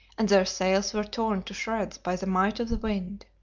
and their sails were torn to shreds by the might of the wind.